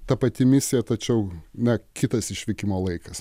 ta pati misija tačiau na kitas išvykimo laikas